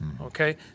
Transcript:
Okay